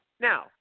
Now